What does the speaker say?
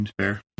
fair